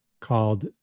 called